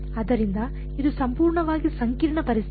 ಆದ್ದರಿಂದ ಇದು ಸಂಪೂರ್ಣವಾಗಿ ಸಂಕೀರ್ಣ ಪರಿಸ್ಥಿತಿ